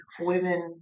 women